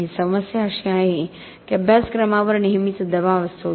आणि समस्या अशी आहे की अभ्यासक्रमावर नेहमीच दबाव असतो